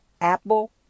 Apple